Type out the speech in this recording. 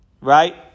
right